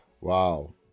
Wow